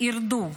לא ירדו,